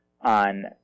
on